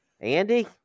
Andy